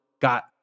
got